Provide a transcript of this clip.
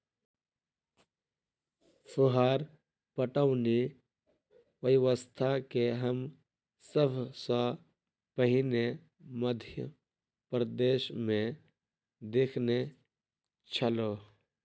फुहार पटौनी व्यवस्था के हम सभ सॅ पहिने मध्य प्रदेशमे देखने छलौं